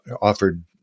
offered